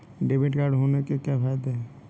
Debit card होने के क्या फायदे हैं?